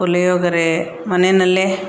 ಪುಳಿಯೋಗರೆ ಮನೆಯಲ್ಲೇ